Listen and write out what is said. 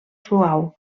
suau